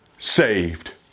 Saved